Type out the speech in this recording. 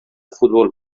futbol